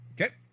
Okay